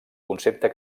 concepte